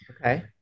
Okay